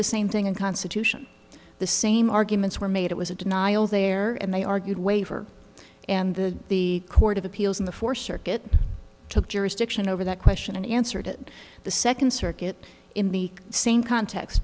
the same thing and constitution the same arguments were made it was a denial there and they argued waiver and the court of appeals in the fourth circuit took jurisdiction over that question and answered it the second circuit in the same context